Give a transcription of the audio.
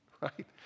right